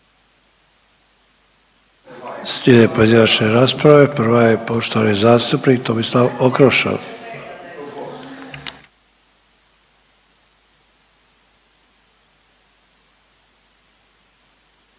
Slijede pojedinačne rasprave. Prva je poštovani zastupnik Tomislav Okroša.